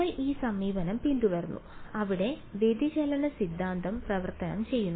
നമ്മൾ ഈ സമീപനം പിന്തുടർന്നു അവിടെ വ്യതിചലന സിദ്ധാന്തം പരിവർത്തനം ചെയ്യുന്നു